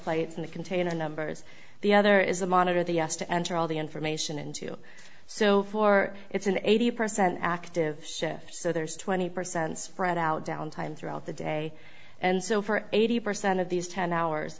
plates in the container numbers the other is a monitor the us to enter all the information into so for it's an eighty percent active shift so there's twenty percent spread out downtime throughout the day and so for eighty percent of these ten hours